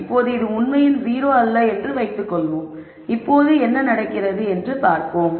இப்போது இது உண்மையில் 0 அல்ல என்று வைத்துக் கொள்வோம் இப்போது என்ன நடக்கிறது என்று பார்ப்போம்